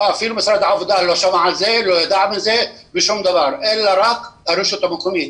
משרד העבודה לא שמע על כך ולא ידע על כך אלא רק הרשות המקומית.